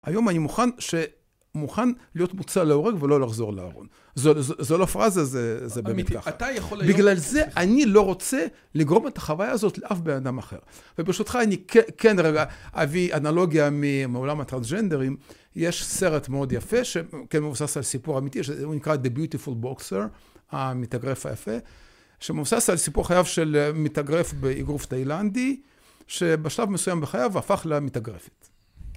היום אני מוכן להיות מוצא להורג ולא לחזור לארון. זו לא פרזה, זה באמת ככה. בגלל זה אני לא רוצה לגרום את החוויה הזאת לאף בן אדם אחר. וברשותך אני כן, רגע, אביא אנלוגיה מעולם הטרנסג'נדרים. יש סרט מאוד יפה, שמבוסס על סיפור אמיתי, שהוא נקרא The Beautiful Boxer, המתאגרף היפה, שמבוסס על סיפור חייו של מתאגרף באיגרוף תאילנדי, שבשלב מסוים בחייו הפך למתאגרפת.